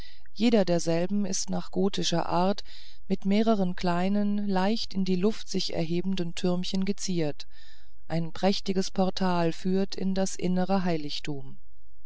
jeder derselben ist nach gotischer art mit mehreren kleinen leicht in die luft sich erhebenden türmchen geziert ein prächtiges portal führt in das innere heiligtum